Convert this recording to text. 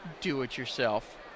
do-it-yourself